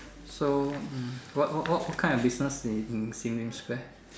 so what what what kind of business in Sim Lim Square